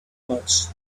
much